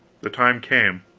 the time came.